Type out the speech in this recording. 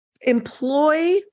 employ